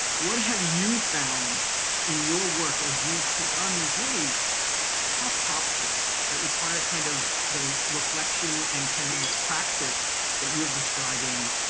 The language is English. what have you found in your work as you take on these really tough topics that require kind of the reflection and kind of praxis that you're describing,